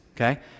okay